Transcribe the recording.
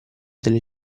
delle